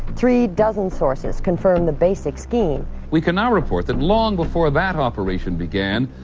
three dozen sources confirm the basic scheme. we can now report that long before that operation began,